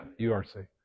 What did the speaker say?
URC